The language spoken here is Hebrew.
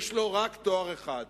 יש לו רק תואר אחד: